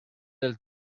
del